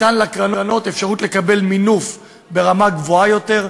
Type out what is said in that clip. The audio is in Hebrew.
ניתן לקרנות אפשרות לקבל מינוף ברמה גבוהה יותר,